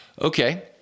Okay